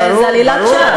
זאת עלילת שווא.